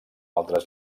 altres